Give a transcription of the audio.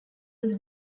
was